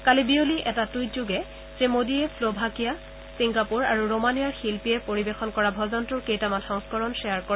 কালি বিয়লি এটা টুইটযোগে শ্ৰীমোডীয়ে শ্ৰ্ভাকিয়া ছিংগাপুৰ আৰু ৰোমানিয়াৰ শিল্পীয়ে পৰিৱেশন কৰা ভজনটোৰ কেইটামান সংস্কৰণ শ্বেয়াৰ কৰে